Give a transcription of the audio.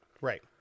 Right